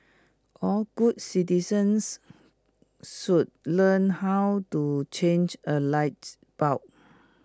all good citizens should learn how to change A light bulb